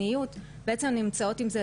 חוויה מאוד מאוד קשה.